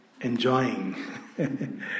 enjoying